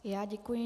Já děkuji.